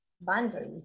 boundaries